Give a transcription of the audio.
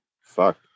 Fuck